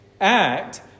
act